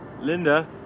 Linda